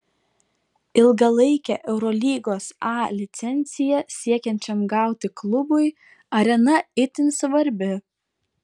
ilgalaikę eurolygos a licenciją siekiančiam gauti klubui arena itin svarbi